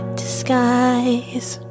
disguise